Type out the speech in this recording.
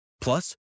Plus